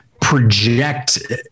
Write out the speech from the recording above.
project